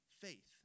faith